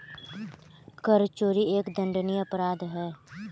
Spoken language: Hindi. कर चोरी एक दंडनीय अपराध है